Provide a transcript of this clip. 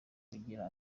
kugira